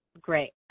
Great